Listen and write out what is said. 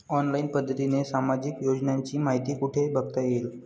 Online पद्धतीने सामाजिक योजनांची माहिती कुठे बघता येईल?